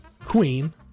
Queen